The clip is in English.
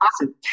Awesome